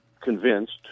convinced